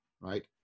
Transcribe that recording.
right